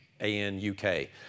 A-N-U-K